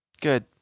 Good